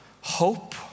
hope